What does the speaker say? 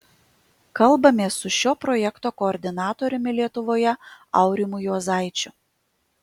kalbamės su šio projekto koordinatoriumi lietuvoje aurimu juozaičiu